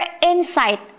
insight